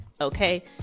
okay